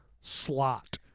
slot